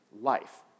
life